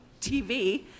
TV